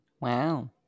Wow